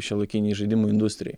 šiuolaikinėj žaidimų industrijoj